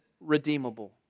redeemable